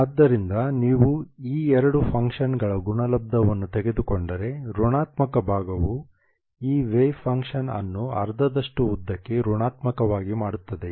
ಆದ್ದರಿಂದ ನೀವು ಈ ಎರಡು ಫಂಕ್ಷನ್ಗಳ ಗುಣಲಬ್ಧವನ್ನು ತೆಗೆದುಕೊಂಡರೆ ಋಣಾತ್ಮಕ ಭಾಗವು ಈ ವೇವ್ ಫಂಕ್ಷನ್ ಅನ್ನು ಅರ್ಧದಷ್ಟು ಉದ್ದಕ್ಕೆ ಋಣಾತ್ಮಕವಾಗಿ ಮಾಡುತ್ತದೆ